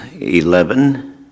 eleven